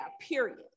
period